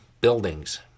buildings